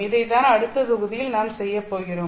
இதைத்தான் அடுத்த தொகுதியில் நாம் செய்யப் போகிறோம்